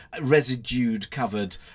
residue-covered